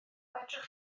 fedrwch